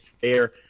fair